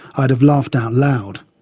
i'd have laughed out loud.